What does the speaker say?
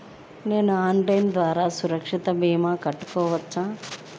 నేను ఆన్లైన్ ద్వారా సురక్ష భీమా కట్టుకోవచ్చా?